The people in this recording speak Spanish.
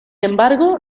embargo